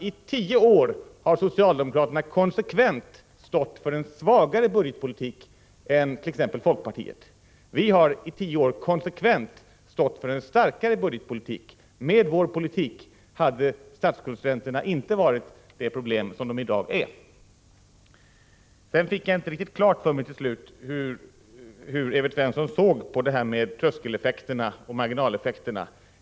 I tio år har socialdemokraterna alltså konsekvent stått för en svagare budgetpolitik än t.ex. folkpartiet. Vi har i tio år konsekvent stått för en starkare budgetpolitik. Med vår politik hade statsskuldräntorna inte varit det problem som de i dag är. Till slut fick jag inte riktigt klart för mig hur Evert Svensson ser på tröskeleffekterna och marginaleffekterna.